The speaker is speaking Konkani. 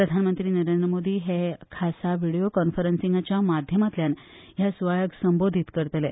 प्रधानमंत्री नरेंद्र मोदी हे खासा व्हिडियो कॉन्फरन्सिगाच्या माध्यमातल्यान ह्या सूवाळ्याक संबोधित करतले